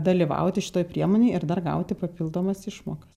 dalyvauti šitoj priemonėj ir dar gauti papildomas išmokas